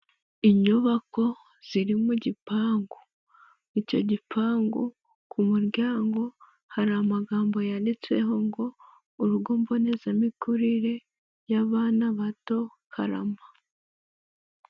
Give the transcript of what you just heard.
Inyubako ziri mu gipangu, icyo gipangu ku muryango hari amagambo yanditseho ngo ''urugo mbonezamikurire y'abana bato karama''.